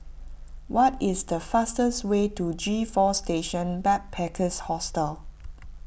what is the fastest way to G four Station Backpackers Hostel